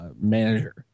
manager